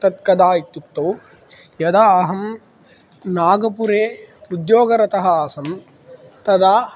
तद् कदा इत्युक्तौ यदा अहं नागपुरे उद्योगरतः आसम् तदा